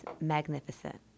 magnificent